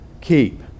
keep